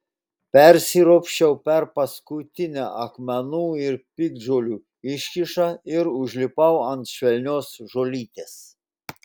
persiropščiau per paskutinę akmenų ir piktžolių iškyšą ir užlipau ant švelnios žolytės